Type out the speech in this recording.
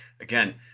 Again